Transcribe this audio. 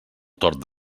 tord